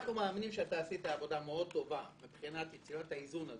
אנחנו מאמינים שאתה עשית עבודה מאוד טובה מבחינת יצירת האיזון הזה,